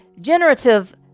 generative